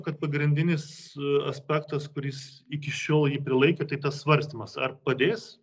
kad pagrindinis aspektas kuris iki šiol jį prilaikė tai tas svarstymas ar padės